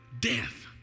death